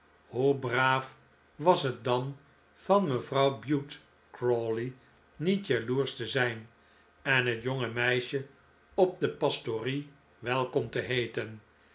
hoe braaf was het dan van mevrouw bute crawley niet jaloersch te zijn en het jonge meisje op de pastorie welkom te heeten